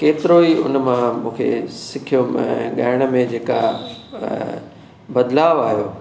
केतिरो ई उन मां मूंखे सिखियुमि ऐं ॻाइण में जेका बदिलाव आयो